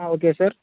okay sir